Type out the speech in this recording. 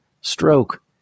stroke